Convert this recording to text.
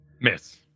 Miss